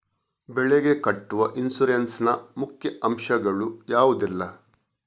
ಬೆಳೆಗೆ ಕಟ್ಟುವ ಇನ್ಸೂರೆನ್ಸ್ ನ ಮುಖ್ಯ ಅಂಶ ಗಳು ಯಾವುದೆಲ್ಲ?